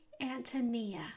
Antonia